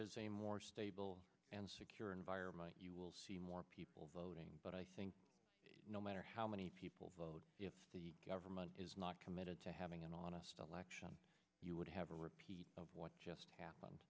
is a more stable and secure environment you will see more people voting but i think no matter how many people vote if the government is not committed to having an honest election you would have a repeat of what just happened